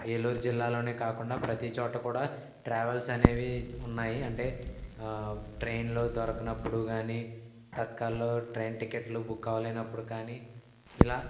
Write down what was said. ఏలూరు జిల్లాలోనే కాకుండా ప్రతి చోట కూడా ట్రావెల్స్ అనేవి ఉన్నాయి అంటే ట్రైన్లు దొరకనప్పుడు గానీ తత్కాల్లో ట్రైన్ టికెట్లు బుక్ అవ్వలేనప్పుడు కానీ ఇలా